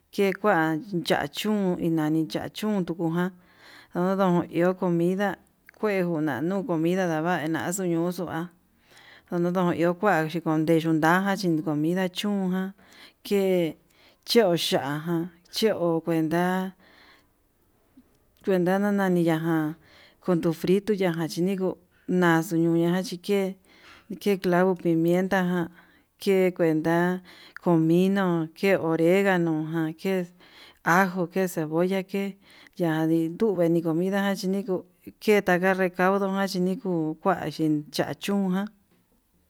Che kuan cha chún nani cha chún ndukuján ndodon iho comida kue nguna iho comida dada vaxuu ñuxuu va udodon kua xhikón, ndeyun ndaje yeye comida chún ján ke chó ya'a ján cho kuenta kuenta yanani ya'á ján kundo frito ya'a jan keniku naxuu ñuna chike'e, ke clavo pimienta ján ke cuenta comino oreganó jan ke ajo ke cebolla ke yandii tu ke ni comida ya chineku ke kakuan recaudu jan ni kuu ni kuache cha chún ján.